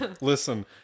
Listen